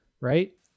Right